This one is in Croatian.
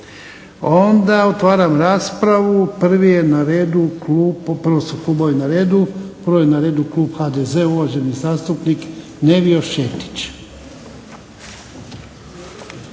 klubovi na redu, prvi je na redu klub HDZ-a uvaženi zastupnik Nevio Šetić.